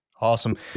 awesome